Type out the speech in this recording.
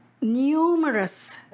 numerous